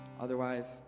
otherwise